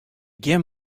gjin